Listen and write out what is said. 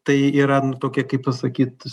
tai yra nu tokie kaip pasakyt